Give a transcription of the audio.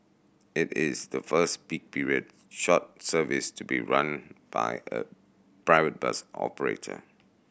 it is the first peak period short service to be run by a private bus operator